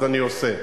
אז אני עושה.